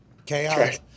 okay